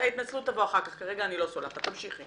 ההתנצלות תבוא אחר כך, כרגע אני לא סולחת, תמשיכי.